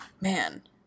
man